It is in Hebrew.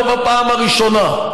לא בפעם הראשונה.